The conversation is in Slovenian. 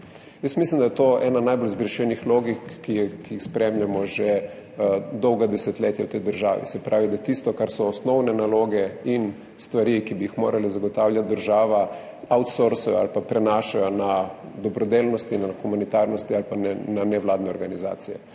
Jaz mislim, da je to ena najbolj zgrešenih logik, ki jih spremljamo že dolga desetletja v tej državi. Se pravi, da se tisto, kar so osnovne naloge in stvari, ki bi jih morala zagotavljati država, outsourca ali pa prenaša na dobrodelnost, na humanitarnost ali pa na nevladne organizacije.